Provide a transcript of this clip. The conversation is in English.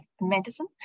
Medicine